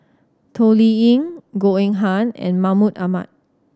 Toh Liying Goh Eng Han and Mahmud Ahmad